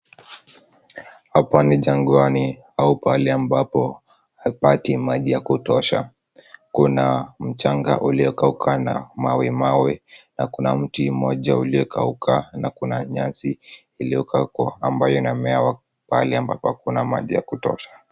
Hapa ni jagwani au pahali ambapo hapati maji ya kutosha. Kuna mchanga uliokauka na mawemawe na kuna mti mmoja uliokauka na kuna nyasi iliyokauka ambayo inamea pahali ambapo hakuna maji ya kutosha.